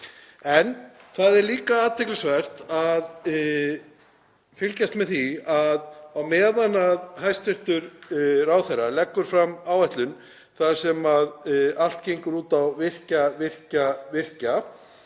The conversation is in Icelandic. Það er líka athyglisvert að fylgjast með því að á meðan hæstv. ráðherra leggur fram áætlun þar sem allt gengur út á að virkja og virkja